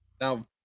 Now